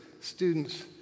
students